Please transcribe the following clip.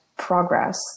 progress